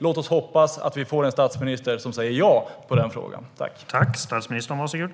Låt oss hoppas att vi får en statsminister som svarar ja på den frågan!